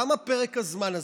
למה פרק הזמן הזה?